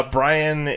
Brian